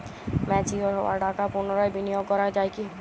Mature হওয়া টাকা পুনরায় বিনিয়োগ করা য়ায় কি?